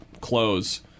close